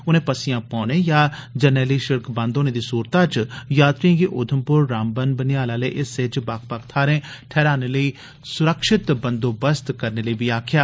उनें पस्सियां पौने पर जरनैली सिड़क बंद होने दी सूरतै च यात्रियें गी उधमपुर रामबन बनिहाल आले हिस्से च बक्ख बक्ख थारें ठहरने लेई सुरक्षित बंदोबस्त करने लेई बी आक्खेया